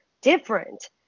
different